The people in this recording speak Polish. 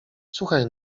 słuchaj